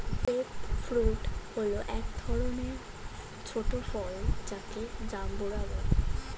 grape fruit হল এক ধরনের ছোট ফল যাকে জাম্বুরা বলে